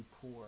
poor